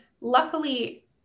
Luckily